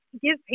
give